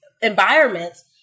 environments